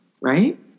right